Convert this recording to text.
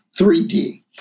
3d